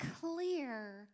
clear